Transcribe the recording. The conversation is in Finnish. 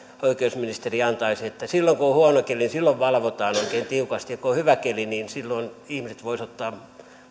oikeusministeri antaisi tällaisen ohjeen että silloin kun on huono keli valvotaan oikein tiukasti ja kun on hyvä keli niin silloin ihmiset voisivat ottaa